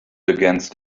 against